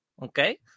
Okay